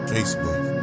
Facebook